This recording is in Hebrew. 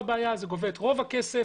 זה גובה את רוב הכסף.